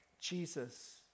Jesus